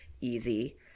easy